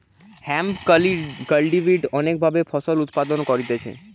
hemp cultivate অনেক ভাবে ফসল উৎপাদন করতিছে